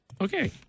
Okay